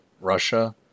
Russia